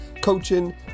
coaching